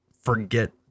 forget